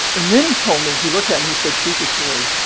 and then he told me he looked at me, he said sheepishly,